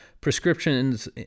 prescriptions